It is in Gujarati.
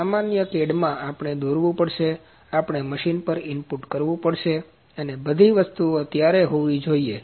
તેથી સામાન્ય CADમાં આપણે દોરવું પડશે આપણે મશીન પર ઇનપુટ કરવું પડશે અને તે બધી વસ્તુઓ ત્યારે હોવી જોઈએ